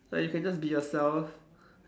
like you can just be yourself